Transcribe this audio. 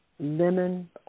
lemon